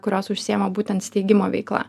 kurios užsiima būtent steigimo veikla